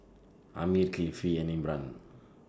Ammir Kifli and Imran